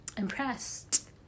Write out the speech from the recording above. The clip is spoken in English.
Impressed